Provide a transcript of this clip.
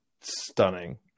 stunning